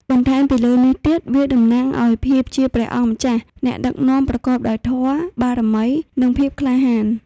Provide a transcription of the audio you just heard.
បន្ថែមពីលើនេះទៀតវាតំណាងឲ្យ ភាពជាព្រះអង្គម្ចាស់ អ្នកដឹកនាំប្រកបដោយធម៌ បារមី និងភាពក្លាហាន។